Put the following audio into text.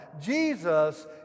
Jesus